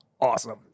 awesome